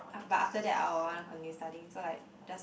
but after that I will wanna continue studying so like just